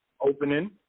Opening